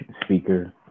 speaker